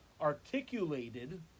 articulated